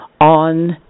on